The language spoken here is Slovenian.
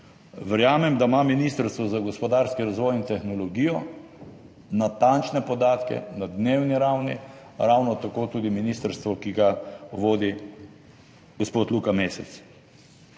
Verjamem, da ima Ministrstvo za gospodarski razvoj in tehnologijo natančne podatke na dnevni ravni, ravno tako tudi ministrstvo, ki ga vodi gospod Luka Mesec.